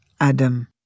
Adam